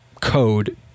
code